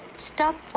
stop